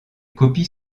copies